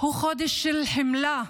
חודש של חמלה,